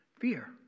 fear